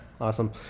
Awesome